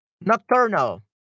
Nocturnal